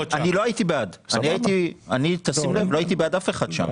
אני לא הייתי בעד אף אחד שם.